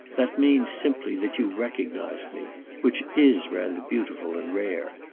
that means simply that you've recognised me which is rather beautiful and rare.